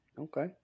Okay